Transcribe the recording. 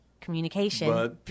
communication